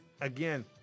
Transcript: again